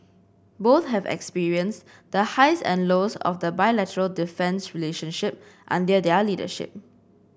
both have experienced the highs and lows of the bilateral defence relationship under their leadership